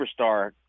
superstar